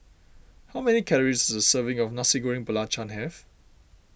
how many calories serving of Nasi Goreng Belacan have